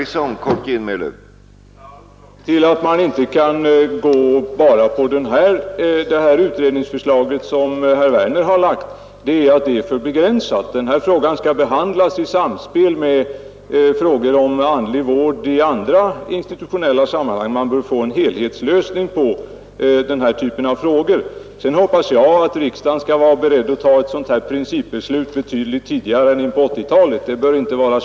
Herr talman! Orsaken till att man inte enbart kan gå in för det utredningsförslag som herr Werner lagt fram är att det är för begränsat. Denna fråga skall behandlas i samspel med frågor om andlig vård i andra institutionella sammanhang. Man bör få en helhetslösning på denna typ av frågor. Vidare hoppas jag att riksdagen skall kunna fatta ett principbeslut betydligt tidigare än på 1980-talet.